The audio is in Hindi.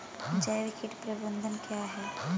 जैविक कीट प्रबंधन क्या है?